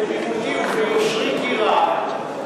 בתמימותי וביושרי כי רב,